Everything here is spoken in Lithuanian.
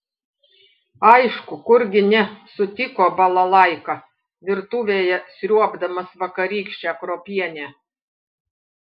aišku kurgi ne sutiko balalaika virtuvėje sriuobdamas vakarykštę kruopienę